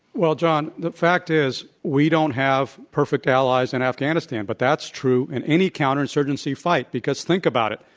well, john, the fact is we don't have perfect allies in afghanistan, but that's true in any counterinsurgency fight because think about it,